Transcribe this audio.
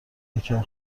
یکم